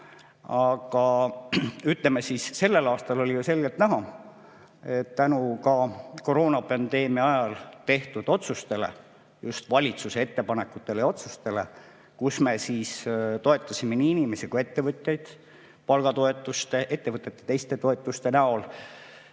Aga ütleme, et sellel aastal oli ju selgelt näha, et tänu ka koroonapandeemia ajal tehtud otsustele, just valitsuse ettepanekutele ja otsustele – kui me toetasime nii inimesi kui ettevõtteid palgatoetuste, teiste toetuste näol,